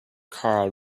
carl